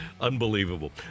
Unbelievable